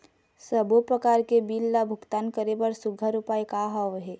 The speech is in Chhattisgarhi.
सबों प्रकार के बिल ला भुगतान करे बर सुघ्घर उपाय का हा वे?